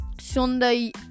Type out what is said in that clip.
Sunday